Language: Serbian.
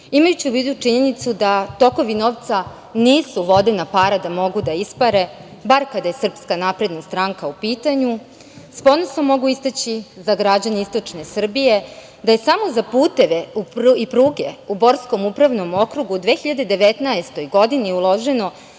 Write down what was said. imajući u vidu činjenicu da tokovi novca nisu vodena para da mogu da ispare, bar kada je SNS u pitanju, s ponosom mogu istaći za građane istočne Srbije da je samo za puteve i pruge u Borskom upravnom okrugu u 2019. godini uloženo